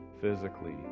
physically